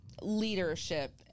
leadership